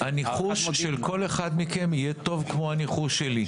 --- הניחוש של כל אחד מכם יהיה טוב כמו הניחוש שלי.